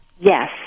Yes